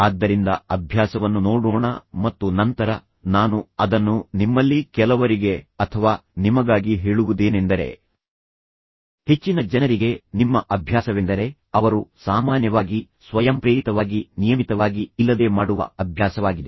ಆದ್ದರಿಂದ ಅಭ್ಯಾಸವನ್ನು ನೋಡೋಣ ಮತ್ತು ನಂತರ ನಾನು ಅದನ್ನು ನಿಮ್ಮಲ್ಲಿ ಕೆಲವರಿಗೆ ಅಥವಾ ನಿಮಗಾಗಿ ಹೇಳುವುದೇನೆಂದರೆ ಹೆಚ್ಚಿನ ಜನರಿಗೆ ನಿಮ್ಮ ಅಭ್ಯಾಸವೆಂದರೆ ಅವರು ಸಾಮಾನ್ಯವಾಗಿ ಸ್ವಯಂಪ್ರೇರಿತವಾಗಿ ನಿಯಮಿತವಾಗಿ ಇಲ್ಲದೆ ಮಾಡುವ ಅಭ್ಯಾಸವಾಗಿದೆ